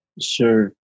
Sure